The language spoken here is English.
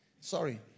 Sorry